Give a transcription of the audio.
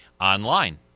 online